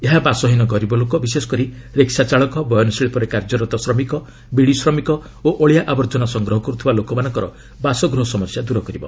ଏହା ବାସହୀନ ଗରିବ ଲୋକ ବିଶେଷ କରି ରିକ୍କା ଚାଳକ ବୟନ ଶିଳ୍ପରେ କାର୍ଯ୍ୟରତ ଶ୍ରମିକ ବିଡ଼ି ଶ୍ରମିକ ଓ ଅଳିଆ ଆବର୍ଜନା ସଂଗ୍ରହ କର୍ତ୍ଥିବା ଲୋକମାନଙ୍କର ବାସଗୃହ ସମସ୍ୟା ଦୂର କରିବ